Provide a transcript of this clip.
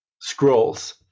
scrolls